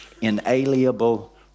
inalienable